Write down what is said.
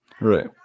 Right